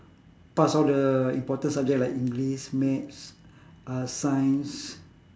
pass all the important subject like english maths uh science